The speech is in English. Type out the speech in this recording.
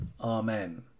Amen